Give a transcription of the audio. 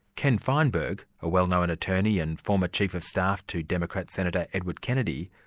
ken feinberg, a well-known attorney and former chief-of-staff to democrat senator edward kennedy,